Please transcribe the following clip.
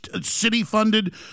city-funded